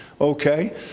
okay